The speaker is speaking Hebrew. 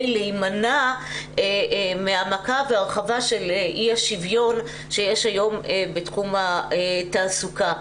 להימנע מהעמקה והרחבה של אי השוויון שיש היום בתחום התעסוקה.